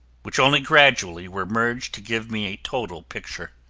which only gradually were merged to give me a total picture.